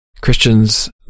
Christians